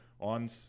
on